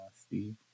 Steve